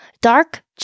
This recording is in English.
dark